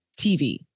TV